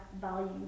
value